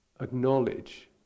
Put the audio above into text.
acknowledge